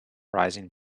rising